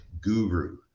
guru